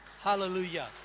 Hallelujah